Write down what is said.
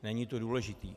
Není to důležité.